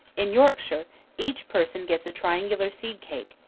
in yorkshire each person gets a triangular seed-cake,